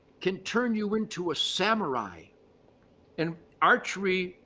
can turn you into a samurai and archery,